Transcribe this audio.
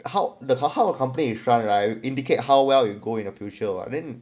how the how how a company is run right indicate how well it'll go in a future [what] then